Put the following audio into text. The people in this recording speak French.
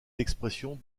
d’expression